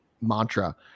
mantra